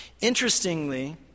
Interestingly